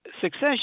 success